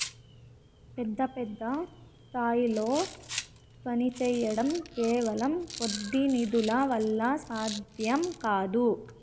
పెద్ద పెద్ద స్థాయిల్లో పనిచేయడం కేవలం కొద్ది నిధుల వల్ల సాధ్యం కాదు